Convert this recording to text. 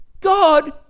God